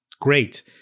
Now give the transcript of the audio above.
great